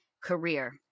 career